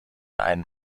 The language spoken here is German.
einem